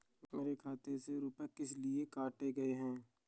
मेरे खाते से रुपय किस लिए काटे गए हैं?